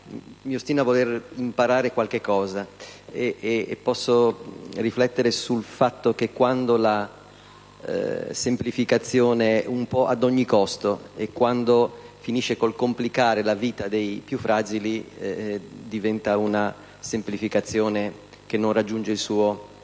mi ostino a voler imparare qualcosa e posso riflettere sul fatto che, quando la semplificazione avviene ad ogni costo e finisce per complicare la vita dei più fragili, diventa una semplificazione che non raggiunge il suo